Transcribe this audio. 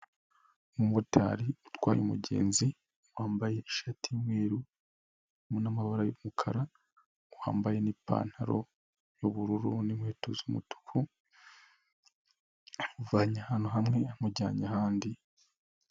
Umumotari utwaye umugenzi wambaye ishati y'umweru n'amabara y'umukara wambaye n'ipantaro y'ubururu n'inkweto z'umutuku, amuvanye ahantu hamwe amujyanye ahandi.